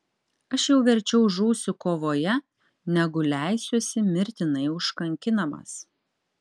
aš jau verčiau žūsiu kovoje negu leisiuosi mirtinai užkankinamas